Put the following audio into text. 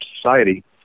society